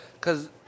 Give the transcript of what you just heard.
cause